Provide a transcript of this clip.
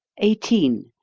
eighteen.